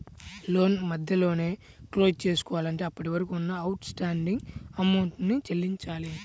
లోను మధ్యలోనే క్లోజ్ చేసుకోవాలంటే అప్పటివరకు ఉన్న అవుట్ స్టాండింగ్ అమౌంట్ ని చెల్లించాలి